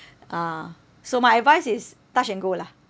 ah so my advice is touch and go lah